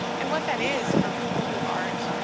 and what that is for people who aren't.